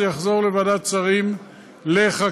זה יחזור לוועדת שרים לחקיקה.